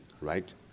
right